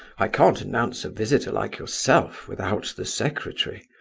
i can't announce a visitor like yourself without the secretary.